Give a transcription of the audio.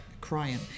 crying